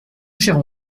cher